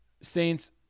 Saints